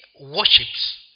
worships